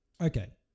okay